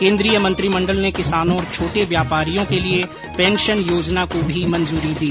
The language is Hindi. केन्द्रीय मंत्रिमंडल ने किसानों और छोटे व्यापारियों के लिए पेंशन योजना को भी मंजूरी दी